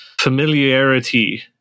familiarity